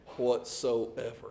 Whatsoever